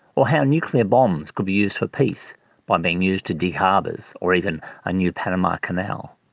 or how nuclear bombs could be used for peace by being used to dig harbours or even a new panama canal?